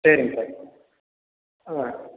சரிங்க சார் ஆ